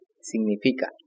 significa